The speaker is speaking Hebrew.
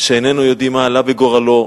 שאיננו יודעים מה עלה בגורלו.